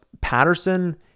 Patterson